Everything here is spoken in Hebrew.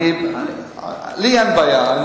לי אין בעיה.